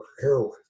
heroin